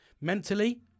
Mentally